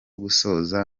gusoza